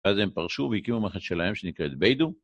אז הם פרשו והקימו מערכת משלהם שנקראת ביידו.